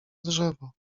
drzewo